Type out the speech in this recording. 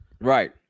Right